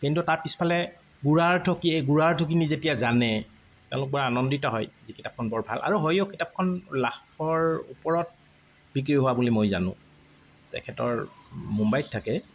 কিন্তু তাৰ পিছফালে গোড়া অৰ্থ কি সেই গোড়া অৰ্থখিনি যেতিয়া জানে তেওঁলোক বৰ আনন্দিত হয় যে কিতাপখন বৰ ভাল আৰু হয়ও কিতাপখন লাখৰ ওপৰত বিক্ৰী হোৱা বুলি মই জানোঁ তেখেতৰ মুম্বাইত থাকে